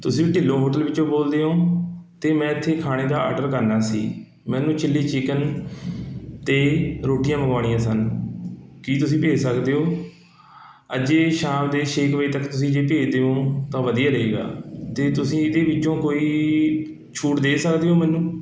ਤੁਸੀਂ ਢਿੱਲੋਂ ਹੋਟਲ ਵਿੱਚੋਂ ਬੋਲਦੇ ਹੋਂ ਅਤੇ ਮੈਂ ਇੱਥੇ ਖਾਣੇ ਦਾ ਆਡਰ ਕਰਨਾ ਸੀ ਮੈਨੂੰ ਚਿੱਲੀ ਚਿਕਨ ਅਤੇ ਰੋਟੀਆਂ ਮੰਗਵਾਉਣੀਆਂ ਸਨ ਕੀ ਤੁਸੀਂ ਭੇਜ ਸਕਦੇ ਹੋ ਅੱਜ ਏ ਸ਼ਾਮ ਦੇ ਛੇ ਕੁ ਵਜੇ ਤੱਕ ਤੁਸੀਂ ਜੇ ਭੇਜ ਦਿਓ ਤਾਂ ਵਧੀਆ ਰਹੇਗਾ ਅਤੇ ਤੁਸੀਂ ਇਹਦੇ ਵਿੱਚੋਂ ਕੋਈ ਛੂਟ ਦੇ ਸਕਦੇ ਹੋ ਮੈਨੂੰ